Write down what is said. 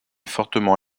fortement